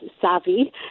savvy